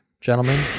gentlemen